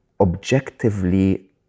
objectively